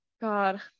God